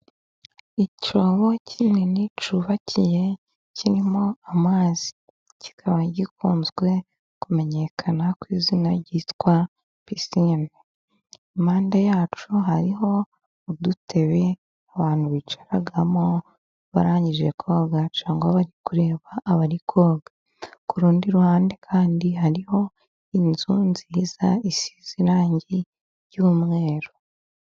Icyobo kinini cyubakiye kirimo amazi, kikaba gikunze kumenyekana ku izina ryitwa pisine, kupande yacyo hariho udutebe abantu bicaraho barangije koga cyangwa bari kureba abari koga. Ku rundi ruhande kandi hariho inzu nziza isize irangi ry'umweru.